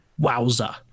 Wowza